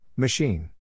Machine